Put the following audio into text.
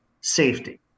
safety